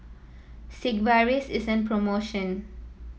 Sigvaris is an promotion